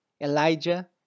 Elijah